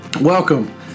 welcome